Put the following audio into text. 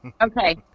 Okay